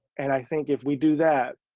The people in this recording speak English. and i think if we do that,